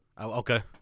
Okay